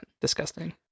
disgusting